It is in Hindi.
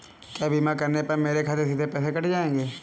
क्या बीमा करने पर मेरे खाते से सीधे पैसे कट जाएंगे?